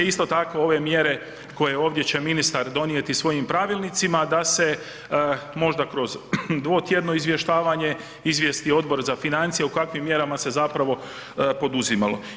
Isto tako ove mjere koje ovdje će ministar donijeti svojim pravilnicima da se možda kroz dvotjedno izvještavanje izvijesti Odbor za financije o kakvim mjerama se zapravo poduzimalo.